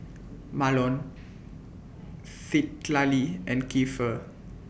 Mahlon Citlali and Keifer